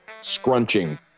scrunching